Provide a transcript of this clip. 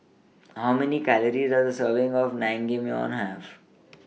How Many Calories Does A Serving of Naengmyeon Have